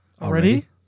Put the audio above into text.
Already